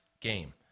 game